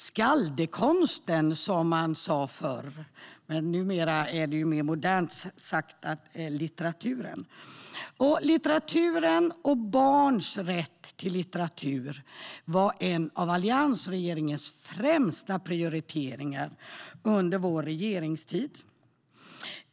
Skaldekonsten sa man förr, men numera säger man mer modernt litteraturen. Litteraturen och barns rätt till litteratur var en av alliansregeringens främsta prioriteringar under vår regeringstid.